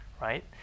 right